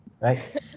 right